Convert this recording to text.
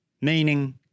meaning